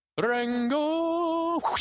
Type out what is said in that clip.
Rango